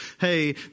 hey